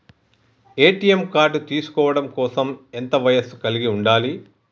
ATM card తీసుకోవడం కోసం ఎంత వయస్సు కలిగి ఉండాలి?